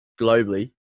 globally